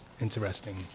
Interesting